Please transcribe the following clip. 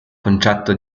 concetto